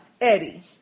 Eddie